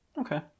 Okay